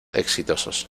exitosos